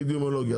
אפידמיולוגיה,